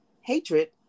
hatred